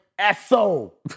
Asshole